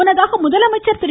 முன்னதாக முதலமைச்சர் திரு